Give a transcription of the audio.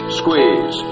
squeeze